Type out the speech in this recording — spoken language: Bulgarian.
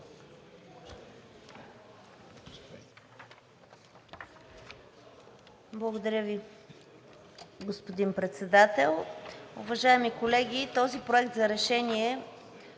Благодаря Ви, господин Председател. Уважаеми колеги, този проект за решение